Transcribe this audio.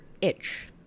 itch